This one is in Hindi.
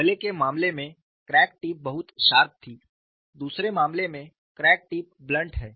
पहले के मामले में क्रैक टिप बहुत शार्प थी दूसरे मामले में क्रैक टिप ब्लंट है